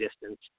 distance